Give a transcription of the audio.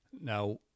Now